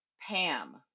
Pam